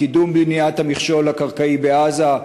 בקידום בניית המכשול הקרקעי בעזה,